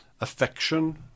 affection